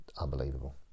unbelievable